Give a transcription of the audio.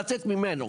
לצאת ממנו.